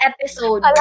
episode